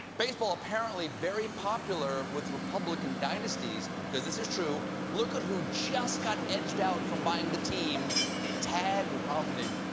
baseball apparently very popular with republican dynasties because this is true look and who just got edged out from buying the team tagg romney.